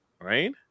right